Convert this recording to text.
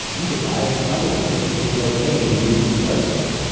he devised other ways to get cocaine into his bloodstream.